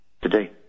today